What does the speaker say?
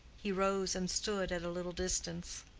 he rose and stood at a little distance.